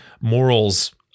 morals